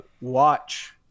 watch